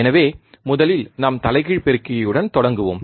எனவே முதலில் நாம் தலைகீழ் பெருக்கியுடன் தொடங்குவோம்